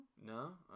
No